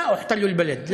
החברים שלו כבשו את המקום.